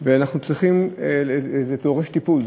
להם וזה דורש טיפול.